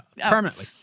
Permanently